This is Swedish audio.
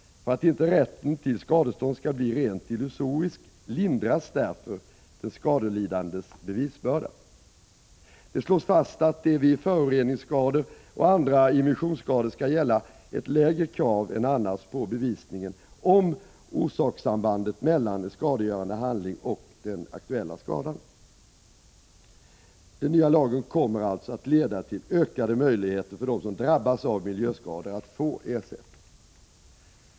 För att inte rätten till skadestånd skall bli rent illusorisk lindras därför den skadelidandes bevisbörda. Det slås fast att det vid föroreningsskador och andra immissionsskador skall gälla ett lägre krav än annars på bevisningen om orsakssambandet mellan en skadegörande handling och den aktuella skadan. Den nya lagen kommer alltså att leda till ökade möjligheter för dem som drabbas av miljöskador att få ersättning.